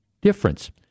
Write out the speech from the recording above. difference